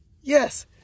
yes